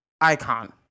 icon